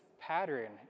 pattern